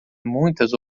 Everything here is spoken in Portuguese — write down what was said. muitas